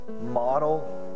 model